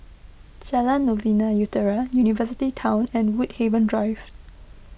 Jalan Novena Utara University Town and Woodhaven Drive